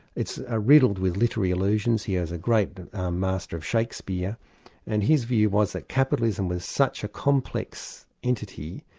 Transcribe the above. it's ah riddled with literary allusions. he has a great mastery of shakespeare and his view was that capitalism was such a complex entity,